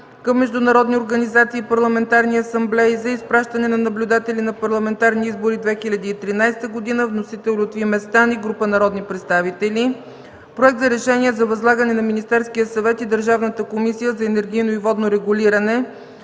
към международни организации и парламентарни асамблеи за изпращане на наблюдатели на Парламентарни избори’2013. Вносител – Лютви Местан и група народни представители. Проект за решение за възлагане на Министерския съвет и Държавната комисия по енергийно и водно регулиране